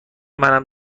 منم